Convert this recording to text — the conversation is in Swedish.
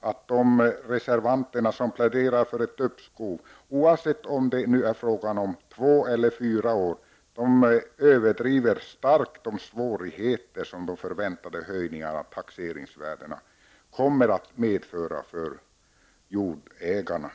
att de reservanter som pläderar för ett uppskov, oavsett om det är frågan om två eller fyra år, starkt överdriver de svårigheter som de förväntade höjningarna av taxeringsvärdena kommer att medföra för jordägarna.